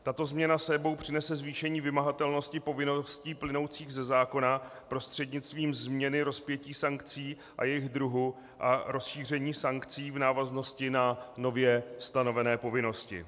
Tato změna s sebou přinese zvýšení vymahatelnosti povinností plynoucích ze zákona prostřednictvím změny rozpětí sankcí a jejich druhu a rozšíření sankcí v návaznosti na nově stanovené povinnosti.